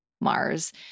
Mars